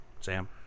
Sam